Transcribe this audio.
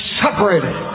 separated